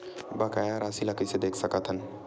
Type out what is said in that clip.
बकाया राशि ला कइसे देख सकत हान?